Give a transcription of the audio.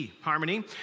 harmony